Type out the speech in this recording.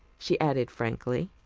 she added, frankly.